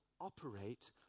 operate